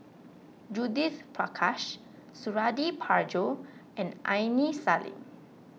Judith Prakash Suradi Parjo and Aini Salim